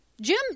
Jim